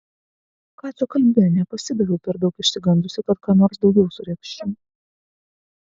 ką čia kalbi nepasidaviau per daug išsigandusi kad ką nors daugiau suregzčiau